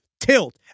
Tilt